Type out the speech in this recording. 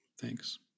Thanks